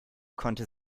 konnte